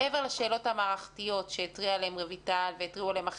מעבר לשאלות המערכתיות שהתריעו עליהן רויטל והתריעו עליהן אחרים,